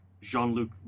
Jean-Luc